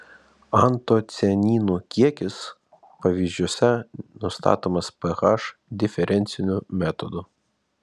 antocianinų kiekis pavyzdžiuose nustatomas ph diferenciniu metodu